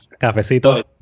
cafecito